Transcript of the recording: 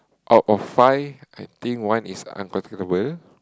out of five I think one is uncomfortable